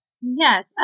Yes